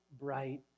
bright